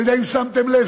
אני לא יודע אם שמתם לב,